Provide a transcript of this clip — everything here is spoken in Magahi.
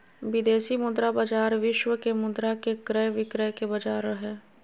विदेशी मुद्रा बाजार विश्व के मुद्रा के क्रय विक्रय के बाजार हय